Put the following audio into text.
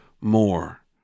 more